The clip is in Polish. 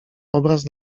obraz